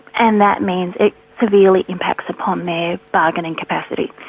and that means it severely impacts upon their bargaining capacity.